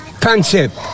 concept